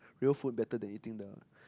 real food better than eating the